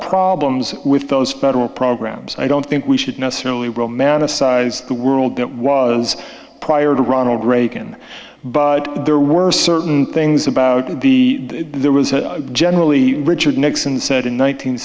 problems with those federal programs i don't think we should necessarily romanticize the world that was prior to ronald reagan but there were certain things about the there was a generally richard nixon said in